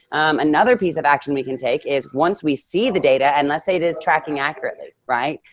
another piece of action we can take is once we see the data and let's say it is tracking accurately, right?